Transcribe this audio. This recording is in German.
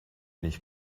nicht